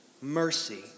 mercy